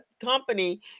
company